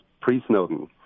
pre-Snowden